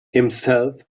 himself